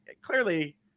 clearly